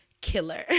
killer